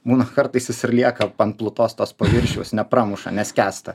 būna kartais jis ir lieka ant plutos tos paviršiaus nepramuša neskęsta